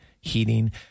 Heating